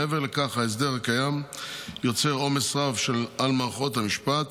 מעבר לכך ההסדר הקיים יוצר עומס רב על מערכות המשפט